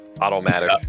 Automatic